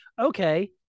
okay